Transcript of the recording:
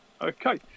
Okay